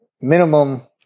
minimum